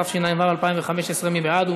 התשע"ו 2015. מי בעד?